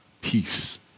peace